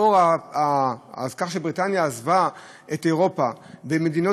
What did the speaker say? לאור זה שבריטניה עזבה את אירופה ומדינות